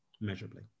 measurably